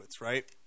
right